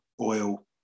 oil